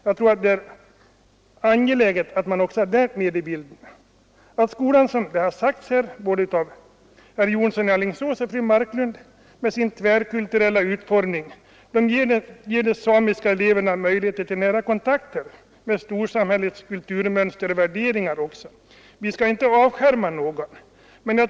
Jag tror att det är angeläget att man också tar det med i bilden. Med sin tvärkulturella utformning ger skolan — det har redan sagts av herr Jonsson i Alingsås och fru Marklund — de samiska eleverna möjligheter till nära kontakter med storsam hällets kulturmönster och värderingar. Vi skall inte avskärma någon.